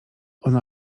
ona